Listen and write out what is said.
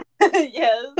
Yes